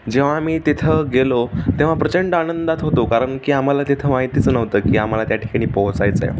जेव्हा आम्ही तिथं गेलो तेव्हा प्रचंड आनंदात होतो कारण की आम्हाला तिथं माहितीच नव्हतं की आम्हाला त्या ठिकाणी पोचायचं आहे